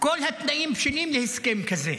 כל התנאים בשלים להסכם כזה.